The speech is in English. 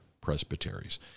Presbyteries